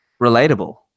relatable